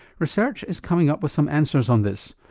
research is coming up with some answers on this,